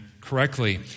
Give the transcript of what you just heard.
correctly